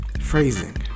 Phrasing